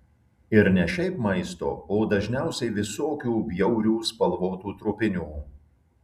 ir ne šiaip maisto o dažniausiai visokių bjaurių spalvotų trupinių